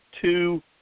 two